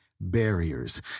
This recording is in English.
Barriers